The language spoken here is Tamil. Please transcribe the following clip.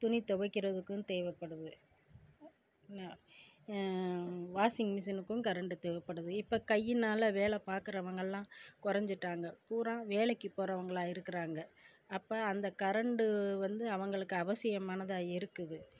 துணி துவைக்கிறதுக்கும் தேவைப்படுது வாஷிங் மிஷினுக்கும் கரண்ட் தேவைப்படுது இப்போ கையினால் வேலை பார்க்குறவங்க எல்லாம் குறஞ்சிட்டாங்க பூரா வேலைக்கு போகிறவங்களா இருக்கிறாங்க அப்போ அந்த கரண்ட் வந்து அவங்களுக்கு அவசியமானதாக இருக்குது